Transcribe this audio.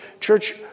Church